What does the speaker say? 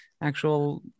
actual